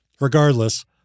Regardless